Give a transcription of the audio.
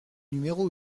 numéro